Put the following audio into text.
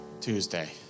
Tuesday